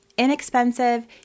inexpensive